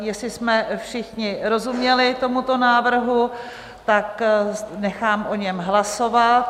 Jestli jsme všichni rozuměli tomuto návrhu, nechám o něm hlasovat.